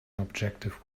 objective